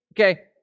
Okay